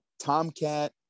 Tomcat